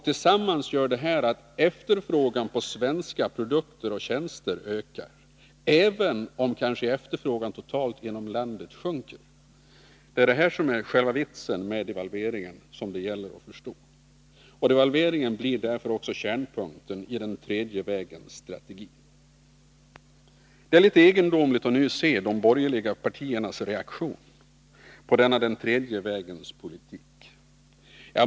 Tillsammans gör detta att efterfrågan på svenska produkter och tjänster ökar, även om kanske efterfrågan totalt inom landet sjunker. Det är själva vitsen med devalveringen som det gäller att förstå. Och devalveringen blir därför också kärnpunkten i den tredje vägens strategi. Det är litet egendomligt att nu se de borgerliga partiernas reaktion på denna den tredje vägens politik.